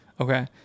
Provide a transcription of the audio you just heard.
Okay